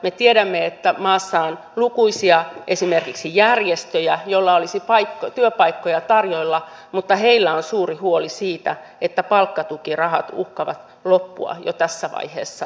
me tiedämme että maassa on esimerkiksi lukuisia järjestöjä joilla olisi työpaikkoja tarjolla mutta heillä on suuri huoli siitä että palkkatukirahat uhkaavat loppua jo tässä vaiheessa vuotta